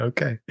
Okay